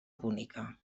púnica